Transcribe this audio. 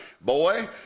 boy